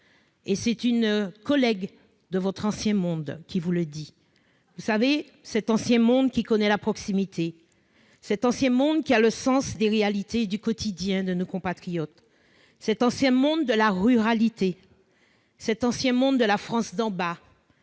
Et c'est une collègue de votre ancien monde qui vous le dit, cet ancien monde qui connaît la proximité, cet ancien monde qui a le sens des réalités du quotidien de nos compatriotes, cet ancien monde de la ruralité, cet ancien monde de la France d'en bas,